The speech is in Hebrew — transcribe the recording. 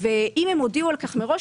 ואם הן הודיעו על כך מראש,